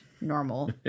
normal